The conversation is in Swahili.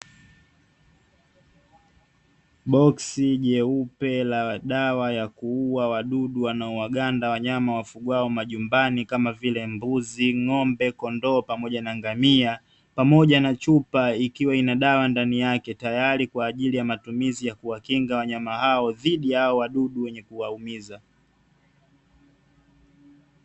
Boksi jeupe la dawa ya kuua wadudu wanaowaganda wanyama wafugwao majumbani kama vile mbuzi, ng'ombe, kondoo pamoja na ngamia, pamoja na chupa ikiwa na dawa ndani yake tayari kwa matumizi ya kuwakinga wanyma hao dhidi ya wadudu wenye kuwaumiza.